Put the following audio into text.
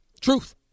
Truth